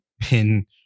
pin